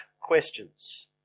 questions